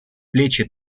плечи